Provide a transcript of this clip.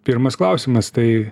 pirmas klausimas tai